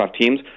Teams